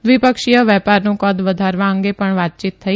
દ્વિપક્ષીય વેપારનું કદ વધારવા અંગે પણ વાતચીત થઇ